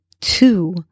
two